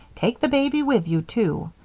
take the baby with you, too.